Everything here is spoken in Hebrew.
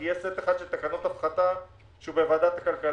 כי יש סט אחד של תקנות הפחתה שנידון בוועדת הכלכלה,